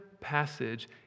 Passage